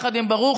יחד עם ברוכי.